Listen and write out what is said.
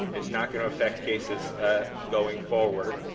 it's not going to affect cases ah going forward,